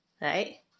Right